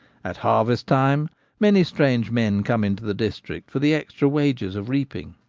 at harvest-time many strange men come into the district for the extra wages of reaping.